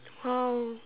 !wow!